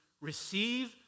receive